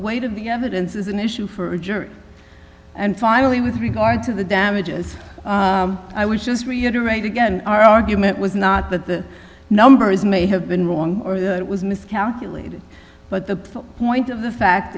weight of the evidence is an issue for a jury and finally with regard to the damages i would just reiterate again our argument was not that the numbers may have been wrong or it was miscalculated but the point of the fact